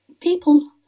people